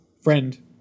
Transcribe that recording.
friend